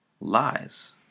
lies